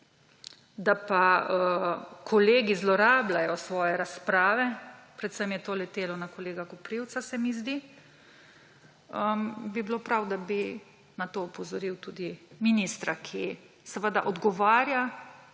da pa kolegi zlorabljajo svoje razprave, predvsem je to letelo na kolega Koprivca, se mi zdi, bi bilo prav, da bi na to opozoril tudi ministra, ki odgovarja